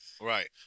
Right